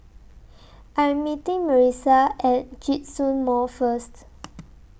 I Am meeting Marissa At Djitsun Mall First